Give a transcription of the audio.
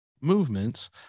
movements